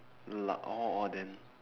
la~ orh orh then